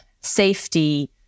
safety